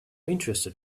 interested